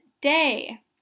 day